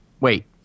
wait